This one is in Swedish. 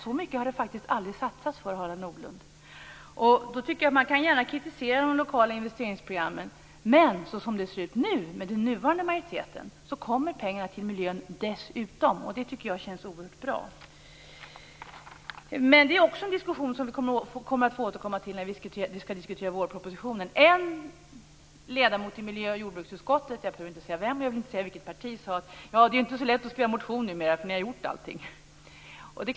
Så mycket pengar har det faktiskt aldrig satsats förr, Harald Nordlund. Då tycker jag att man gärna kan kritisera de lokala investeringsprogrammen. Men såsom det ser ut nu med den nuvarande majoriteten så kommer pengarna till miljön dessutom, och det tycker jag känns oerhört bra. Men det är också en diskussion som vi kommer att få återkomma till när vi skall diskutera vårpropositionen. En ledamot i miljö och jordbruksutskottet - jag behöver inte säga vem, och jag vill inte säga vilket parti den personen representerar - sade: Det är ju inte så lätt att skriva motioner numera, eftersom ni har gjort allting.